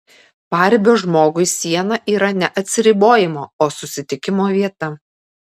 paribio žmogui siena yra ne atsiribojimo o susitikimo vieta